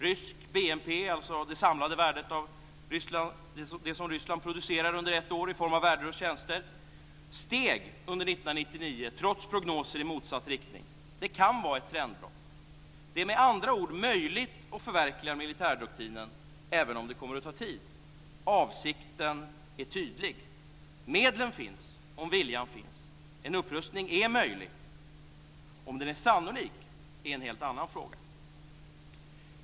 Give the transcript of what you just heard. Rysk BNP, dvs. det samlade värdet av det som Ryssland producerar under ett år i form av varor och tjänster, steg under 1999, trots prognoser i motsatt riktning. Det kan vara ett trendbrott. Det är med andra ord möjligt att förverkliga militärdoktrinen även om det kommer att ta tid. Avsikten är tydlig: medlen finns, om viljan finns. En upprustning är möjlig. Om den är sannolik är en helt annan fråga.